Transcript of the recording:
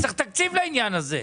צריך תקציב לעניין הזה.